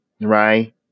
right